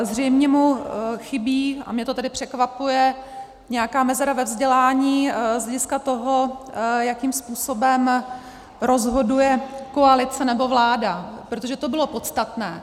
Zřejmě mu chybí, a mě to tedy překvapuje, nějaká mezera ve vzdělání z hlediska toho, jakým způsobem rozhoduje koalice nebo vláda, protože to bylo podstatné.